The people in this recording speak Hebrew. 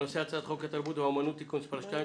הנושא הוא הצעת חוק התרבות והאמנות (תיקון מס' 2),